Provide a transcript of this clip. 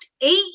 eight